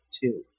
two